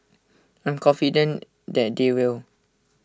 I'm confident that they will